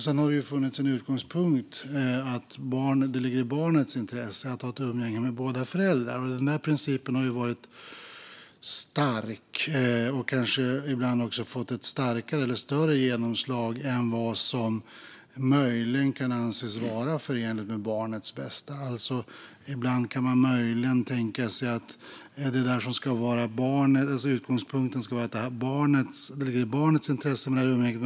Sedan har det varit en utgångspunkt att det ligger i barnets intresse att ha ett umgänge med båda föräldrarna. Den principen har varit stark och har kanske ibland fått ett större genomslag än vad som möjligen kan anses vara förenligt med barnets bästa. Utgångspunkten ska vara att det ligger i barnets intresse att ha ett umgänge med båda föräldrarna.